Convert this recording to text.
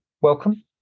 Welcome